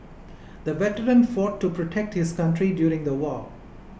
the veteran fought to protect his country during the war